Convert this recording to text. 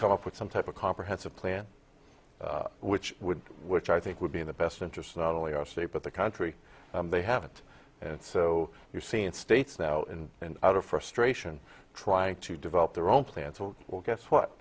come up with some type of comprehensive plan which would which i think would be in the best interest not only our state but the country they haven't and so you've seen states now in and out of frustration trying to develop their own plan so well guess what